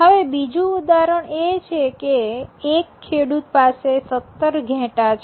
હવે બીજું ઉદાહરણ એ છે કે એક ખેડૂત પાસે ૧૭ ઘેટા છે